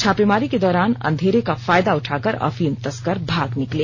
छापेमारी के दौरान अंधेरे का फायदा उठाकर अफीम तस्कर भाग निकले